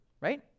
right